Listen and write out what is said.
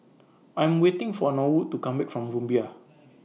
I'm waiting For Norwood to Come Back from Rumbia